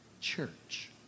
Church